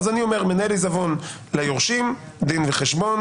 אז אני אומר: מנהל העיזבון ימסור דין וחשבון